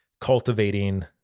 cultivating